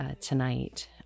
tonight